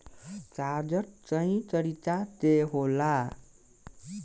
कागज कई तरीका के होला